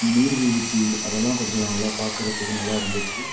நீர்வீழ்ச்சி அதெல்லாம் கொஞ்சம் நல்லா பார்க்கறத்துக்கு நல்லா இருந்துச்சு